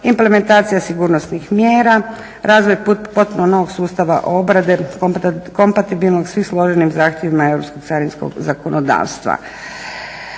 implementacija sigurnosnih mjera, razvoj potpuno novog sustava obrade, kompatibilnog svih složenim zahtjevima europskog